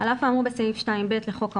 הוראות בסעיף 2(ב) לחוק העונשין,